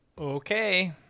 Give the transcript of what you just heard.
Okay